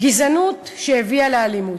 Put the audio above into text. גזענות שהביאה לאלימות.